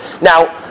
Now